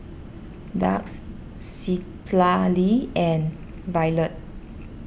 Dax Citlali and Violet